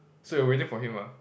so you're waiting for him ah